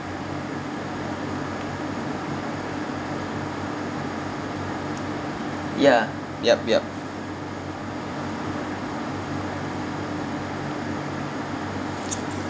ya yup yup